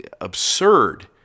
absurd